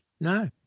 No